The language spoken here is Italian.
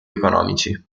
economici